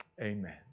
amen